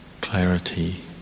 clarity